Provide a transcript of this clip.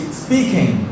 speaking